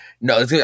no